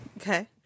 Okay